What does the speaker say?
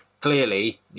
clearly